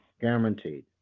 Guaranteed